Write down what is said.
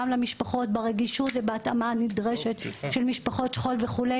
גם למשפחות ברגישות ובהתאמה הנדרשת של משפחות שכול וכו',